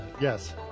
Yes